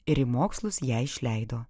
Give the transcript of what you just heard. ir į mokslus ją išleido